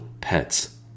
pets